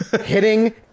Hitting